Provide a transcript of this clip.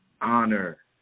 honor